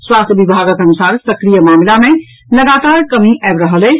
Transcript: स्वास्थ्य विभागक अनुसार सक्रिय मामिला मे लगातार कमी आबि रहल अछि